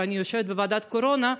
ואני יושבת בוועדת קורונה,